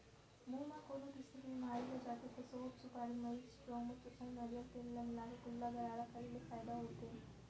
मुंह म कोनो किसम के बेमारी हो जाथे त सौंठ, सुपारी, मरीच, गउमूत्र अउ नरियर तेल ल मिलाके कुल्ला गरारा करे ले फायदा होथे